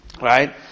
Right